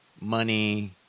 money